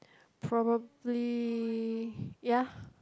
probably ya